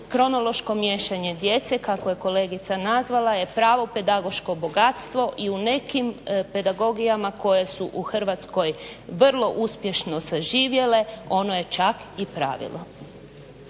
kronološko miješanje djece kako je kolegica nazvala je pravo pedagoško bogatstvo i u nekim pedagogijama koje su u Hrvatskoj vrlo uspješno saživjele ono je čak i pravilo.